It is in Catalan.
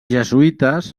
jesuïtes